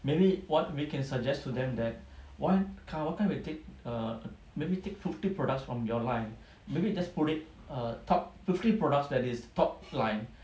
maybe what we can suggest to them that why can't why can't we take err maybe take fifty products from your line let me just put it err top fifty products that is top line